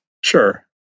Sure